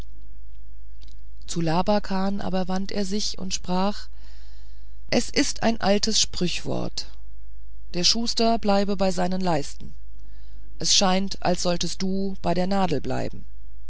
zu labakan aber wandte er sich und sprach es ist ein altes sprüchwort der schuster bleibe bei seinem leist es scheint als solltest du bei der nadel bleiben